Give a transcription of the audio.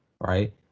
right